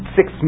six